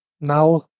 now